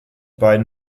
beiden